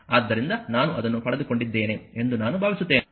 ಆದ್ದರಿಂದ ನಾನು ಅದನ್ನು ಪಡೆದುಕೊಂಡಿದ್ದೇನೆ ಎಂದು ನಾನು ಭಾವಿಸುತ್ತೇನೆ